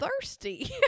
thirsty